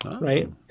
right